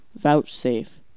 vouchsafe